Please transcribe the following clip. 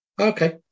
Okay